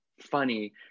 funny